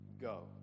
Go